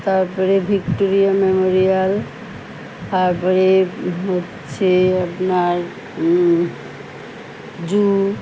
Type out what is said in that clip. তারপরে Victoria Memorial তারপরে হচ্ছে আপনার জু